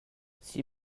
s’il